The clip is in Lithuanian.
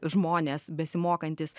žmonės besimokantys